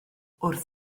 wrth